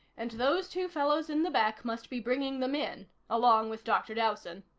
and those two fellows in the back must be bringing them in along with dr. dowson.